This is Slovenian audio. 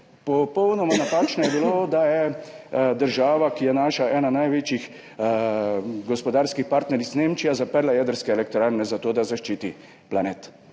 Popolnoma napačno je bilo, da je država, ki je ena naših največjih gospodarskih partneric, Nemčija, zaprla jedrske elektrarne zato, da zaščiti planet.